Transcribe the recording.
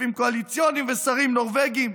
וכספים קואליציוניים ושרים נורבגים.